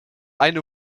eine